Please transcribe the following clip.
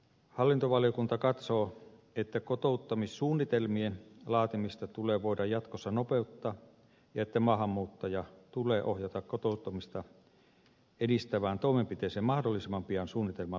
hallintovaliokunta katsoo että kotouttamissuunnitelmien laatimista tulee voida jatkossa nopeuttaa ja että maahanmuuttaja tulee ohjata kotouttamista edistävään toimenpiteeseen mahdollisimman pian suunnitelman laatimisesta